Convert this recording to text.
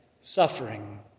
suffering